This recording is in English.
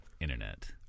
internet